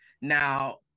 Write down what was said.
now